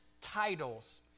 titles